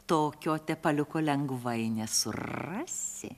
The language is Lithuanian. tokio tepaliuko lengvai nesurasi